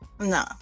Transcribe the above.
No